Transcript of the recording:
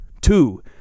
Two